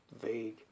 vague